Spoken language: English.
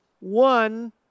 One